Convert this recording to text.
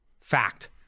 Fact